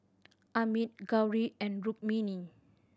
Amit Gauri and Rukmini